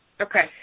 Okay